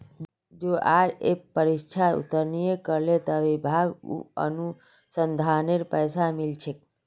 JRF परीक्षा उत्तीर्ण करले त विभाक अनुसंधानेर पैसा मिल छेक